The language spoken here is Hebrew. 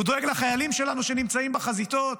הוא דואג לחיילים שלנו שנמצאים בחזיתות,